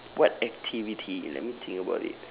what activity let me think about it